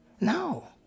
No